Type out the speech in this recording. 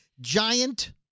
giant